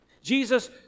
Jesus